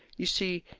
you see,